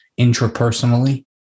intrapersonally